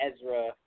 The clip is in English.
Ezra